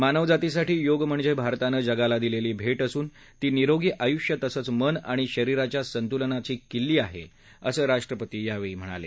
मानवजातीसाठी योग म्हणजे भारतानं जगाला दिलेली भेट असून ती निरोगी आयुष्य तसंच मन आणि शरीराच्या संतुलनाची किल्ली आहे असं राष्ट्रपती यावेळी म्हणाले